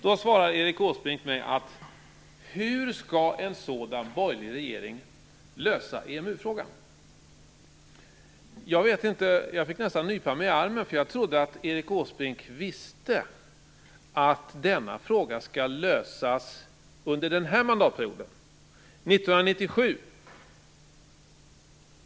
Då säger Erik Åsbrink följande: Hur skall en sådan borgerlig regering lösa EMU-frågan? Jag fick nästan nypa mig i armen. Jag trodde att Erik Åsbrink visste att frågan skall lösas under denna mandatperiod - 1997.